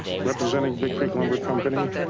representing big creek lumber company.